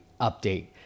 update